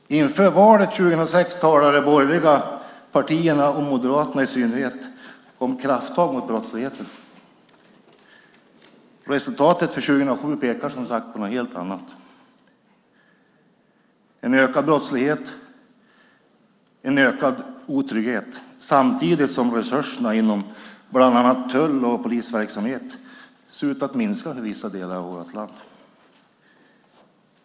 Inför valet 2006 talade de borgerliga partierna, och Moderaterna i synnerhet, om krafttag mot brottsligheten. Resultatet för 2007 pekar, som sagt, på något helt annat, nämligen en ökad brottslighet och en ökad otrygghet. Samtidigt ser resurserna inom bland annat tull och polisverksamhet ut att minska i vissa delar av vårt land.